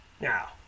Now